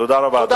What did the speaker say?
תודה רבה, אדוני.